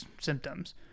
symptoms